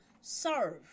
serve